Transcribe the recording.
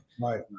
right